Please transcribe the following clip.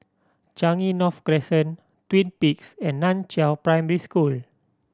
Changi North Crescent Twin Peaks and Nan Chiau Primary School